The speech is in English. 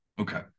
Okay